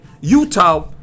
Utah